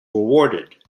rewarded